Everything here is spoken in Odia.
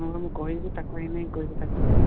ହଁ ବା ମୁଁ କହିବି ତାକୁ ଏନେଇ କହିବି ତାକୁ